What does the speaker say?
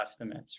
estimates